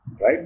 right